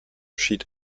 schied